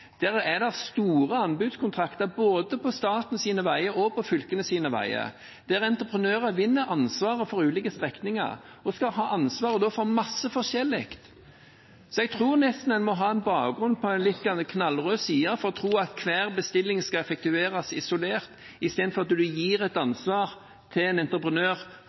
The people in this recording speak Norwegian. Der er det store anbudskontrakter på både statens veier og fylkenes veier, der entreprenører vinner ansvaret for ulike strekninger og da skal ha ansvar for mye forskjellig. Jeg tror nesten en må ha bakgrunn fra en knallrød side for å tro at enhver bestilling skal effektueres isolert, i stedet for å gi en entreprenør